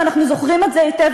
ואנחנו זוכרים את זה היטב,